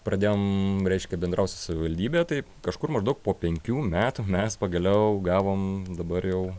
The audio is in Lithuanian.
pradėjom reiškia bendraut su savivaldybe tai kažkur maždaug po penkių metų mes pagaliau gavom dabar jau